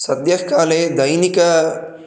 सद्यः काले दैनिकम्